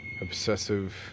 obsessive